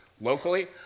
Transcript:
locally